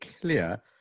clear